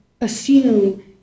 assume